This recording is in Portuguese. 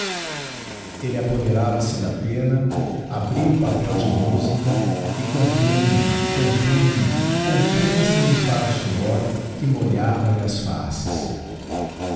elle apoderava-se da penna abria o papel de musica e compunha compunha compunha sem limpar o suor que molhava lhe as faces